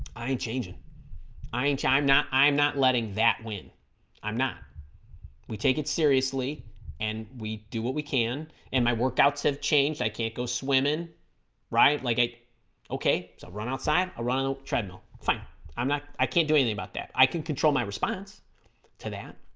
i ain't changing i ain't yeah i'm not i'm not letting that win i'm not we take it seriously and we do what we can and my workouts have changed i can't go swimming right like okay so run outside a running ah treadmill fine i'm not i can't do anything about that i can control my response to that